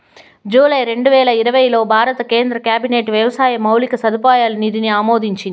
July రెండువేల ఇరవైలో భారత కేంద్ర క్యాబినెట్ వ్యవసాయ మౌలిక సదుపాయాల నిధిని ఆమోదించింది